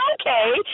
okay